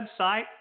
website